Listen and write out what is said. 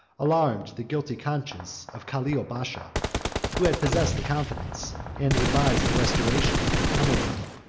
alarmed the guilty conscience of calil basha who had possessed the confidence, and advised the restoration, of amurath.